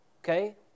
okay